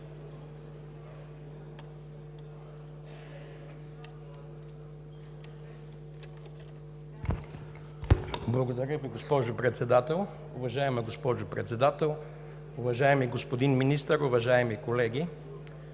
Благодаря Ви, госпожо Председател. Уважаема госпожо Председател, уважаеми господин Министър, уважаеми колеги!